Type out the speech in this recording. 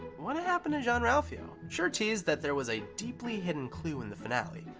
what happened to jean-ralphio? schur teased that there was a deeply hidden clue in the finale,